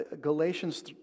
Galatians